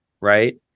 right